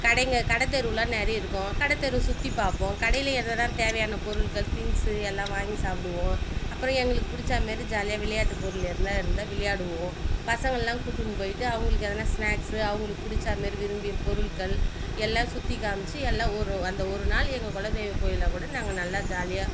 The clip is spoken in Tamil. கடைங்கள் கடைத் தெருவெல்லாம் நிறைய இருக்கும் கடைத் தெரு சுற்றிப் பார்ப்போம் கடையிலே எதுனால் தேவையான பொருட்கள் திங்க்ஸு எல்லா வாங்கி சாப்பிடுவோம் அப்புறம் எங்களுக்கு பிடிச்சா மாரி ஜாலியாக விளையாட்டு பொருள் எதுனால் இருந்தால் விளையாடுவோம் பசங்களெல்லாம் கூட்டுன்னு போய்விட்டு அவங்களுக்கு எதனால் ஸ்நாக்ஸ்ஸு அவங்களுக்கு பிடிச்சா மாரி விரும்பிய பொருட்கள் எல்லாம் சுற்றி காமித்து எல்லாம் ஒரு அந்த ஒரு நாள் எங்கள் குல தெய்வக் கோயிலில் கூட நாங்கள் நல்லா ஜாலியாக